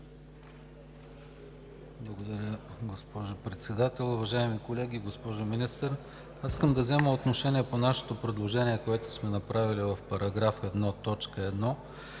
Благодаря, госпожо Председател. Уважаеми колеги, госпожо Министър! Аз искам да взема отношение по нашето предложение, което сме направили в § 1,